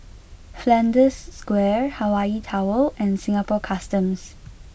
Flanders Square Hawaii Tower and Singapore Customs